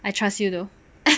I trust you though